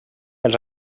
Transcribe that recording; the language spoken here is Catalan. els